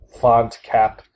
font-cap